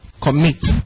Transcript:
commit